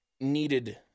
needed